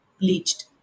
bleached